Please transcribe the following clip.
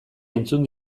entzun